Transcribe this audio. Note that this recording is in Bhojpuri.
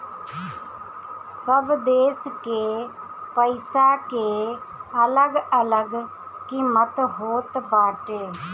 सब देस के पईसा के अलग अलग किमत होत बाटे